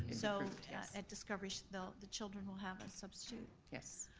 so at discovery, the the children will have a substitute? yes.